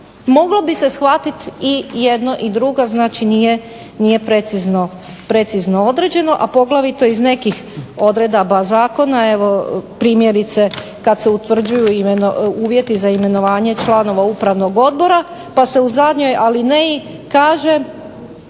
moglo bi se shvatiti i jedno i drugo. Znači, nije precizno određeno, a poglavito iz nekih odredaba zakona evo primjerice kad se utvrđuju uvjeti za imenovanje članova Upravnog odbora pa se u zadnjoj alineji kaže